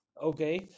Okay